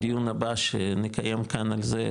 בדיון הבא שנקיים כאן על זה,